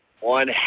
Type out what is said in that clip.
one